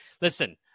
Listen